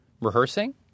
rehearsing